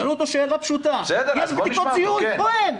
הוא שואל אותו שאלה פשוטה: יש בדיקות זיהוי או אין?